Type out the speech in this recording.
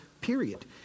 period